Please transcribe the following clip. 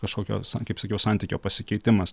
kažkokio kaip sakiau santykio pasikeitimas